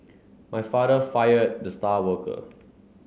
my father fired the star worker